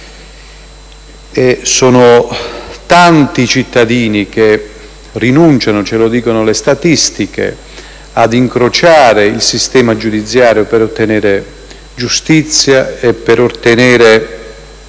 Sono tanti i cittadini che rinunciano, ce lo dicono le statistiche, ad incrociare il sistema giudiziario per ottenere giustizia e l'affermazione